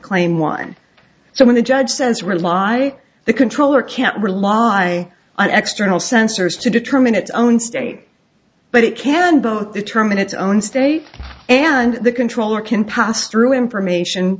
claim one so when the judge says rely the controller can't rely on x journal sensors to determine its own state but it can both determine its own state and the controller can pass through information